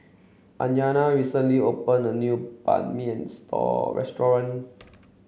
Anaya recently opened a new Banh Mi Store Restaurant